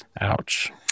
ouch